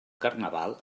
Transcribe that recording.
carnaval